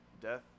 death